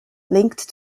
linked